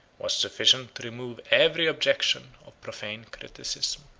was sufficient to remove every objection of profane criticism.